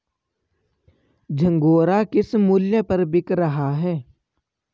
झंगोरा किस मूल्य पर बिक रहा है?